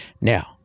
Now